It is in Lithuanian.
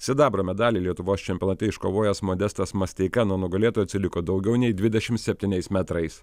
sidabro medalį lietuvos čempionate iškovojęs modestas masteika nuo nugalėtojo atsiliko daugiau nei dvidešim septyniais metrais